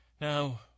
Now